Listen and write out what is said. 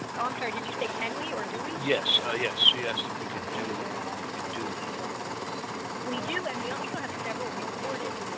i'm sorry. did you say can we or do we yes, ah yes. she asked if we could do if we could do one we do and we also have several recorded